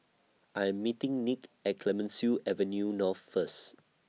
I Am meeting Nick At Clemenceau Avenue North First